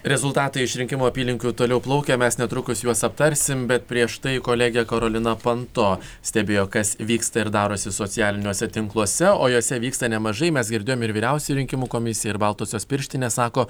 rezultatai iš rinkimų apylinkių toliau plaukia mes netrukus juos aptarsim bet prieš tai kolegė karolina panto stebėjo kas vyksta ir darosi socialiniuose tinkluose o juose vyksta nemažai mes girdėjome ir vyriausioji rinkimų komisija ir baltosios pirštinės sako